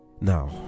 Now